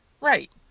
Right